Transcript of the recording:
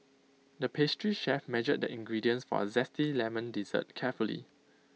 the pastry chef measured the ingredients for A Zesty Lemon Dessert carefully